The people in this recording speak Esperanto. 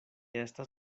estas